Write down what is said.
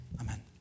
amen